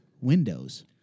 Windows